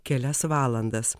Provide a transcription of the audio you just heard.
kelias valandas